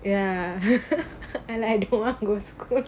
ya I like edible art goes